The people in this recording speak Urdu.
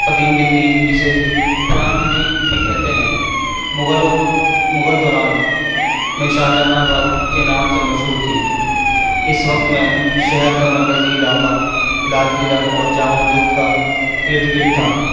قدیم دلی جسے پرانی دلی بھی کہتے ہیں مغلوں مغل دوران میں شاہجہان آباد کے نام سے مشہور تھی اس وقت میں شہر کا مرکزی علاقہ لال قلعہ اور جامع مسجد کا ارد گرد تھا